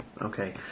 Okay